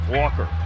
walker